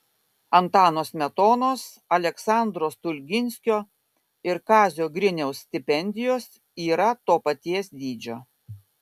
antano smetonos aleksandro stulginskio ir kazio griniaus stipendijos yra to paties dydžio